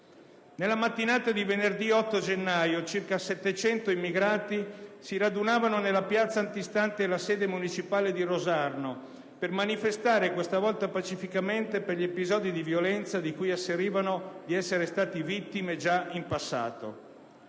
Nella mattinata di venerdì 8 gennaio circa 700 immigrati si radunavano nella piazza antistante la sede municipale di Rosarno per manifestare, questa volta pacificamente, per gli episodi di violenza di cui asserivano essere stati vittime già in passato.